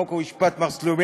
חוק ומשפט מר סלומינסקי,